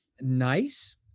nice